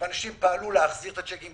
ואנשים פעלו להחזיר את הצ'קים.